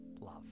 love